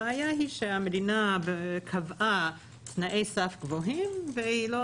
הבעיה היא שהמדינה קבעה תנאי סף גבוהים והיא לא